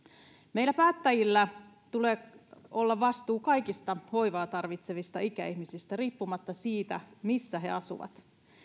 meillä päättäjillä tulee olla vastuu kaikista hoivaa tarvitsevista ikäihmisistä riippumatta siitä missä he asuvat